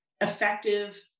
effective